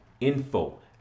Info